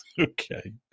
okay